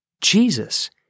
Jesus